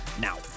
now